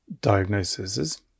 diagnoses